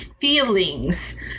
feelings